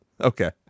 Okay